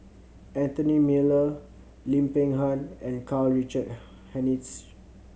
Anthony Miller Lim Peng Han and Karl Richard Hanitsch